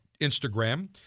Instagram